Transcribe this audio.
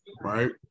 right